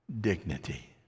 dignity